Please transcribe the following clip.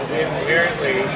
inherently